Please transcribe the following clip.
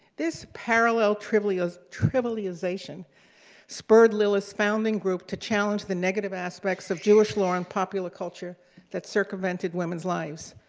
this parallel trivialization trivialization spurred lilith's founding group to challenge the negative aspects of jewish law and popular culture that circumvented women's lives.